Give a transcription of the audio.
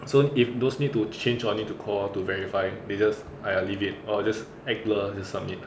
so if those need to change or need to call to verify they just !aiya! leave it or just act blur just submit uh